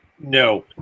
No